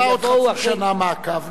נקבע עוד חצי שנה מעקב.